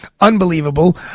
Unbelievable